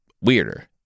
weirder